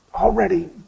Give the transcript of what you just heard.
already